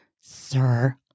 Sir